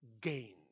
gain